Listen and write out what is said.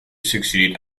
succeeded